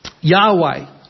Yahweh